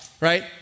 right